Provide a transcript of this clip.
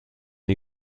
une